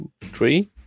Three